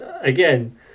again